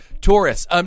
Taurus